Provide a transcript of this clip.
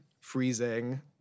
freezing